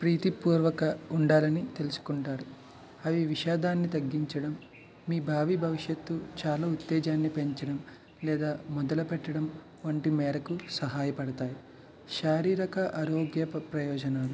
ప్రీతి పూర్వక ఉండాలని తెలుసుకుంటారు అవి విషాదాన్ని తగ్గించడం మీ భావి భవిష్యత్తు చాలా ఉత్తేజాన్ని పెంచడం లేదా మొదలు పెట్టడం వంటి మేరకు సహాయపడతాయి శారీరక ఆరోగ్య ప్రయోజనాలు